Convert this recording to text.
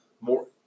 more